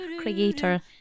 creator